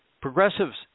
Progressives